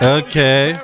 okay